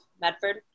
medford